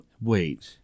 Wait